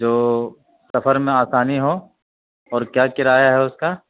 جو سفر میں آسانی ہو اور کیا کرایہ ہے اُس کا